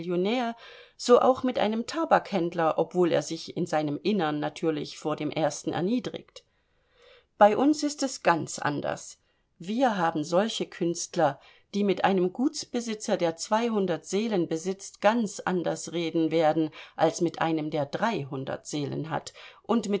so auch mit einem kleinen tabakhändler obwohl er sich in seinem innern natürlich vor dem ersteren erniedrigt bei uns ist es ganz anders wir haben solche künstler die mit einem gutsbesitzer der zweihundert seelen besitzt ganz anders reden werden als mit einem der dreihundert seelen hat und